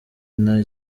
nta